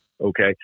Okay